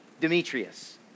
Demetrius